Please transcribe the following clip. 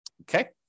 okay